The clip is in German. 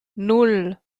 nan